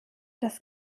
das